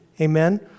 Amen